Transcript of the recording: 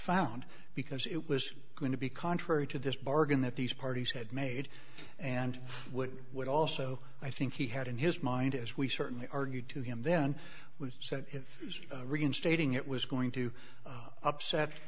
found because it was going to be contrary to this bargain that these parties had made and would would also i think he had in his mind as we certainly argued to him then we said if reinstating it was going to upset